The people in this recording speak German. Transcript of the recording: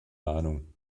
ahnung